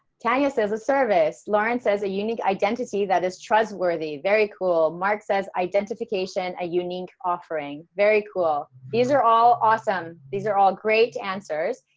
tanya says a service, lawrence has a unique identity, that is trustworthy very cool. mark says identification a unique offering very cool. these are all awesome. these are all great answers.